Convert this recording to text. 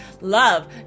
love